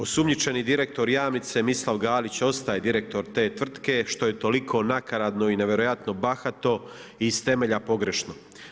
Osumnjičeni direktor Jamnice Mislav Galić ostaje direktor te tvrtke što je toliko nakaradno i nevjerojatno bahato i iz temelja pogrešno.